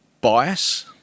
bias